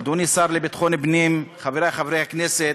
אדוני השר לביטחון פנים, חברי חברי הכנסת,